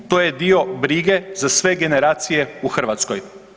To je dio brige za sve generacije u Hrvatskoj.